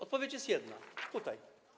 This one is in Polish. Odpowiedź jest jedna - tutaj.